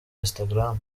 instagram